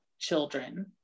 children